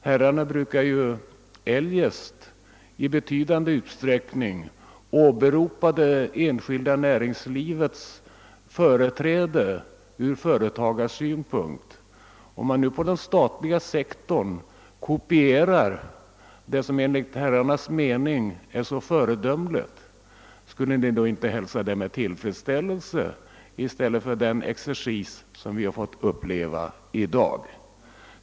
Herrarna brukar eljest i betydande utsträckning åberopa det enskilda näringslivets företräden ur företagarsynpunkt. Om man nu på den statliga sektorn kopierar det som enligt herrarnas mening är så föredömligt, borde ni då inte hälsa det med tillfredsställelse i stället för att bedriva den excercis vi har fått bevittna i dag?